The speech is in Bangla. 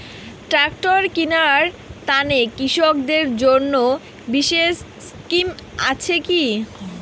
ট্রাক্টর কিনার তানে কৃষকদের জন্য বিশেষ স্কিম আছি কি?